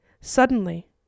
Suddenly